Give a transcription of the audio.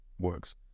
works